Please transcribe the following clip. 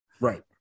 Right